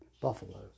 Buffalo